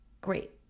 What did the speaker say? great